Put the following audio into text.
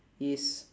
is